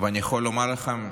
ואני יכול לומר לכם: